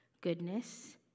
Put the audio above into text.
goodness